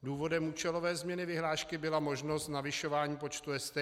Důvodem účelové změny vyhlášky byla možnost navyšování počtu STK.